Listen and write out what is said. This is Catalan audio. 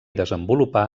desenvolupà